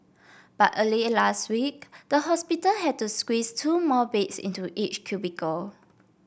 but early last week the hospital had to squeeze two more beds into each cubicle